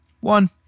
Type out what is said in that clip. One